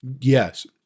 Yes